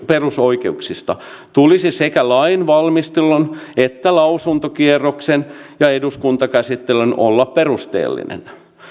perusoikeuksista tulisi sekä lainvalmistelun että lausuntokierroksen ja eduskuntakäsittelyn olla perusteellinen